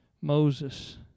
Moses